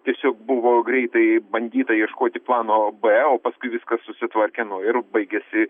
tiesiog buvo greitai bandyta ieškoti plano b o paskui viskas susitvarkė ir baigiasi